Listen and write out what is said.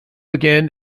again